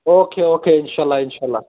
او کے okay اِنشااللہ اِنشااللہ